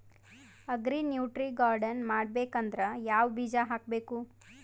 Agri nutri garden ಮಾಡಬೇಕಂದ್ರ ಯಾವ ಬೀಜ ಹಾಕಬೇಕು?